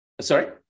sorry